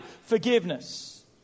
forgiveness